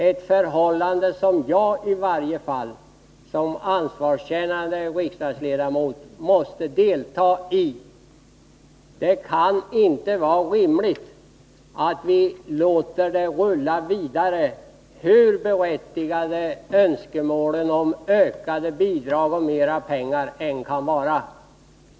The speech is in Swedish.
Att söka minska utgifterna är något som i varje fall jag såsom ansvarskännande riksdagsledamot måste ta på allvar. Det kan inte vara rimligt att vi låter statens utgifter rulla vidare hur berättigade önskemålen om ökade bidrag och mer pengar än kan vara.